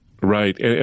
Right